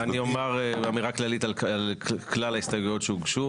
אני אומר אמירה כללית על כלל ההסתייגויות שהוגשו.